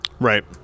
Right